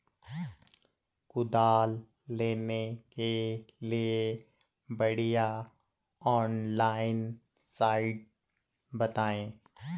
कुदाल लेने के लिए बढ़िया ऑनलाइन साइट बतायें?